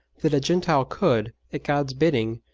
that a gentile could, at god's bidding,